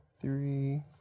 three